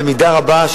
במידה רבה,